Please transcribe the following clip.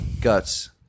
Guts